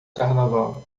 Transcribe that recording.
carnaval